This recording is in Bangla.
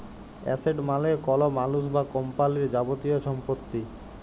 এসেট মালে কল মালুস বা কম্পালির যাবতীয় ছম্পত্তি